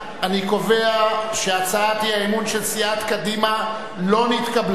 אני קובע שהצעת האי-אמון של סיעת קדימה לא נתקבלה.